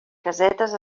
casetes